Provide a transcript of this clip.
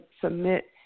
submit